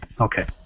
Okay